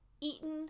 eaten